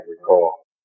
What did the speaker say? recall